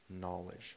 knowledge